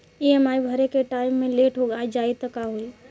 EMI भरे के time मे लेट हो जायी त का होई?